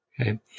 Okay